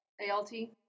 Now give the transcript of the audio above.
A-L-T